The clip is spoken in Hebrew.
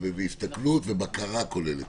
והסתכלות ובקרה כוללת.